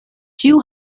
ĉiu